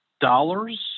dollars